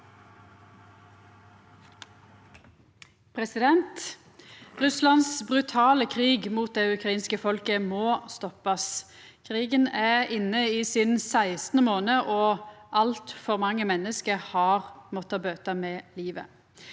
Russlands brutale krig mot det ukrainske folket må stoppast. Krigen er inne i sin sekstande månad, og altfor mange menneske har måtta bøta med livet.